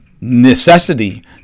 necessity